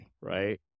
right